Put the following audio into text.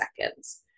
seconds